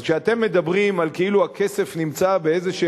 אז כשאתם מדברים על כך שהכסף כאילו